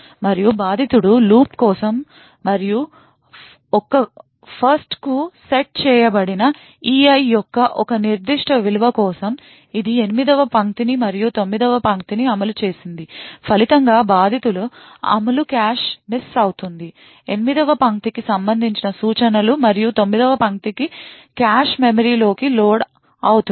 మరియు బాధితుడు లూప్ కోసం మరియు 1 కు సెట్ చేయబడిన E I యొక్క ఒక నిర్దిష్ట విలువ కోసం ఇది 8 వ పంక్తిని మరియు 9 వ పంక్తిని అమలు చేసింది ఫలితంగా బాధితుల అమలు కాష్ మిస్ అవుతుంది 8 వ పంక్తికి సంబంధించిన సూచన లు మరియు 9 వ పంక్తి కాష్ మెమరీలోకి లోడ్ అవుతుంది